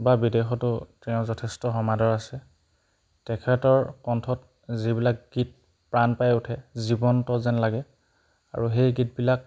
বা বিদেশতো তেওঁ যথেষ্ট সমাদৰ আছে তেখেতৰ কণ্ঠত যিবিলাক গীত প্ৰাণ পাই উঠে জীৱন্ত যেন লাগে আৰু সেই গীতবিলাক